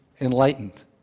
enlightened